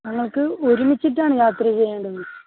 ഞങ്ങൾക്ക് ഒരുമിച്ചിട്ടാണ് യാത്ര ചെയ്യേണ്ടത്